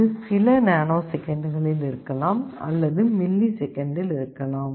இது சில நானோ செகண்டுகளில் இருக்கலாம் அல்லது மில்லி செகண்டில் இருக்கலாம்